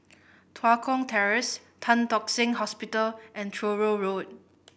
Tua Kong Terrace Tan Tock Seng Hospital and Truro Road